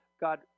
God